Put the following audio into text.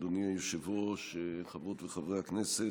אדוני היושב-ראש, חברות וחברי הכנסת,